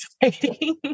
Exciting